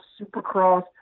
supercross